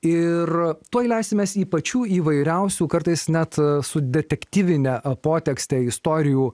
ir tuoj leisimės į pačių įvairiausių kartais net su detektyvine e potekste istorijų